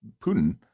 Putin